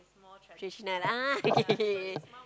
traditional ah okay okay okay